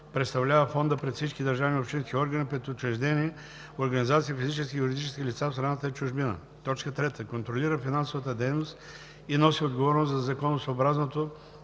представлява фонда пред всички държавни и общински органи, пред учреждения, организации, физически и юридически лица в страната и чужбина; 3. контролира финансовата дейност и носи отговорност за законосъобразното